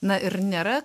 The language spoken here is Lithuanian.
na ir nėra